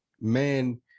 Man